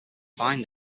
find